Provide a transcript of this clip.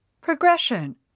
Progression